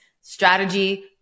Strategy